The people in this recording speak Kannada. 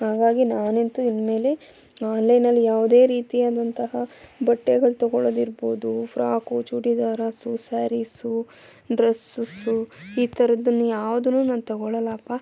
ಹಾಗಾಗಿ ನಾನಂತು ಇನ್ಮೇಲೆ ಆನ್ಲೈನಲ್ಲಿ ಯಾವುದೇ ರೀತಿಯಾದಂತಹ ಬಟ್ಟೆಗಳು ತಗೊಳ್ಳೊದಿರ್ಬೋದು ಫ್ರಾಕು ಚೂಡಿದಾರಸು ಸ್ಯಾರೀಸು ಡ್ರಸ್ಸಸ್ಸು ಈ ಥರದ್ದನ್ನ ಯಾವುದೂ ನಾನು ತಗೊಳ್ಳಲ್ಲಪ್ಪ